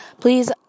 Please